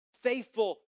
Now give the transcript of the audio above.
faithful